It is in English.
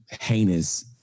heinous